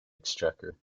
exchequer